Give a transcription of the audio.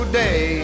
day